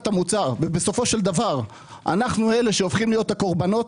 המוצר ובסופו של דבר אנחנו אלה שהופכים להיות הקרבנות,